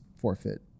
forfeit